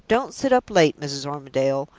don't sit up late, mrs. armadale!